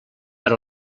per